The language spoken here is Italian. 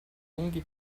lunghi